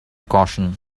caution